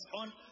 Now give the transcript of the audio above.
on